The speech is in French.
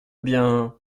bien